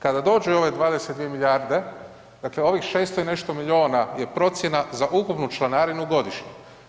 Kada dođu i ove 22 milijarde, dakle ovih 600 i nešto milijuna je procjena za ukupnu članarinu godišnje.